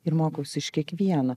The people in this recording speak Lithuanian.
ir mokausi iš kiekvieno